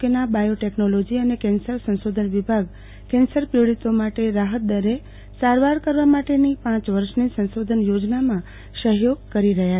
કેના બાયોટેકનોલોજી અને કેન્સર સંશોધન વિભાગ કેન્સર પીડીતો માટે રાહત દરે સારવાર કરવા માટેની પાંચ વર્ષની સંશોધન યોજનામાં સહયોગ કરી રહ્યા છે